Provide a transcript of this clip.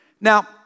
Now